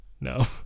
no